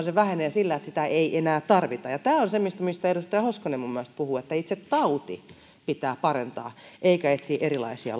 se vähenee sillä että sitä ei enää tarvita ja tämä on se mistä edustaja hoskonen minun mielestäni puhui itse tauti pitää parantaa eikä etsiä erilaisia